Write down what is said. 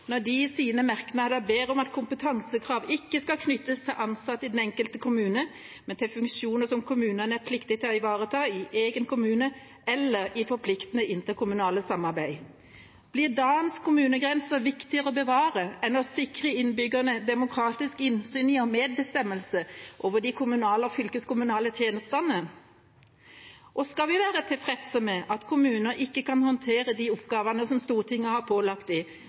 når de i sine merknader ber om at kompetansekrav ikke skal «knyttes til ansatte i hver enkelt kommune, men til funksjoner som kommunene er pliktige til å ivareta, i egen kommune eller i forpliktende interkommunalt samarbeid». Blir det viktigere å bevare dagens kommunegrenser enn å sikre innbyggerne demokratisk innsyn i og medbestemmelse over de kommunale og fylkeskommunale tjenestene? Og skal vi være tilfreds med at kommuner ikke kan håndtere de oppgavene som Stortinget har pålagt